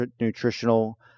nutritional